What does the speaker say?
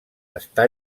està